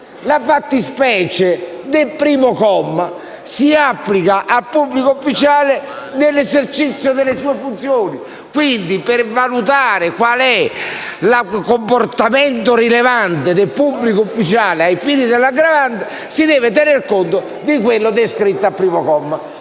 La fattispecie del primo comma si applica al pubblico ufficiale nell'esercizio delle sue funzioni. Quindi, per valutare quale sia il comportamento rilevante del pubblico ufficiale ai fini dell'aggravante si deve tenere conto di quanto descritto al primo comma.